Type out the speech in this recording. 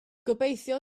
gobeithio